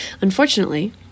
Unfortunately